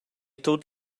tut